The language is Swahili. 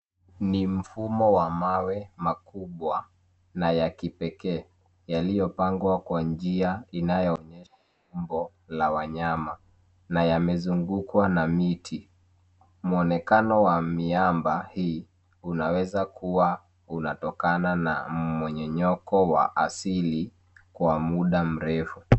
Ni mfumo wa mawe makubwa na ya kipekee yaliyopangwa kwa njia inayoonyesha umbo la wanyama na yamezungukwa na miti, mwonekano wa miamba hii unawez kuwa unatokana na mmomonyoko wa asili kwa muda mrefu.